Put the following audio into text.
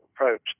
approach